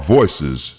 Voices